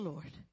Lord